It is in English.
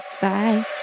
Bye